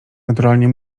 naturalnie